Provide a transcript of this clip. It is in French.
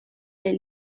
les